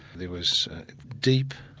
there was deep,